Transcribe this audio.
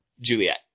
Juliet